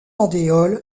andéol